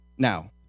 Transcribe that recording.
now